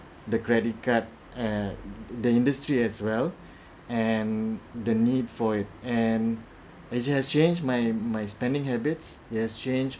the credit card err the industry as well and the need for it and actually has changed my my spending habits it has change